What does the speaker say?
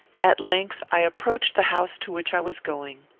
at length i approached the house to which i was going.